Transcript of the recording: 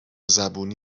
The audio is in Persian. زبونی